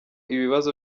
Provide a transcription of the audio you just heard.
ibibazo